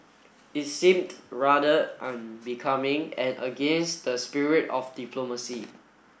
it seemed rather unbecoming and against the spirit of diplomacy